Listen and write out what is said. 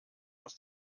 aus